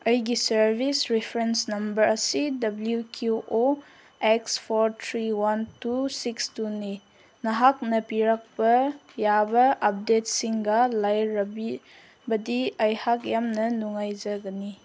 ꯑꯩꯒꯤ service reference number ꯑꯁꯤ W Q O X four three one two six ꯇꯨꯅꯤ ꯅꯍꯥꯛꯅ ꯄꯤꯔꯛꯄ ꯌꯥꯕ ꯑꯞꯗꯦꯠꯁꯤꯡꯒ ꯂꯩꯔꯕꯗꯤ ꯑꯩꯍꯥꯛ ꯌꯥꯝꯅ ꯅꯨꯡꯉꯥꯏꯖꯒꯅꯤ